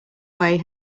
way